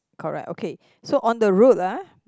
correct okay so on the route ah